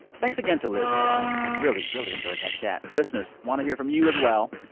thanks again to lyz lenz. i really, really enjoyed that chat. listeners, want to hear from you as well.